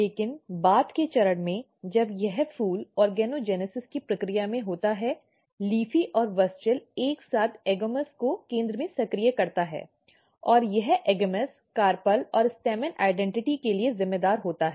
लेकिन बाद के चरण में जब यह फूल ऑर्गेनोजेनेसिस की प्रक्रिया में होता है LEAFY और WUSCHEL एक साथ AGAMOUS को केंद्र में सक्रिय करता है और यह AGAMOUS कार्पल और स्टैमेन पहचान के लिए जिम्मेदार होता है